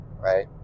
right